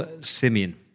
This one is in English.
Simeon